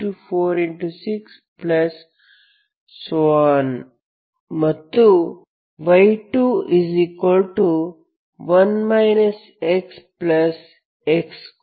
6 ಮತ್ತು y21 xx21